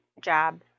job